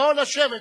בואו לשבת.